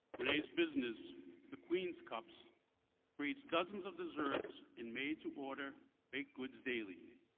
renee's business the queens cups creates dozens of desserts in made to order baked goods daily.